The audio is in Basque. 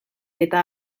eta